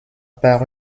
par